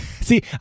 See